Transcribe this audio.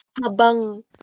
habang